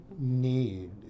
need